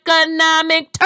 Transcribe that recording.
economic